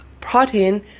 protein